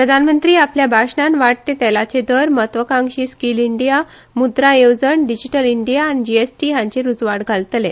प्रधानमंत्री आपल्या भाषणात वाडटे तेलाचे दर म्हत्वकांक्षी स्किल इंडीया मुद्रा येवजण डिजीटल इंडीया आनी जीएसटी हांचेर उजवाड घालतले